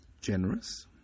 generous